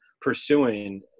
pursuing